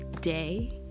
day